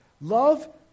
Love